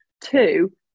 two